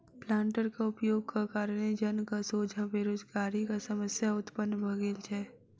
प्लांटरक उपयोगक कारणेँ जनक सोझा बेरोजगारीक समस्या उत्पन्न भ गेल छै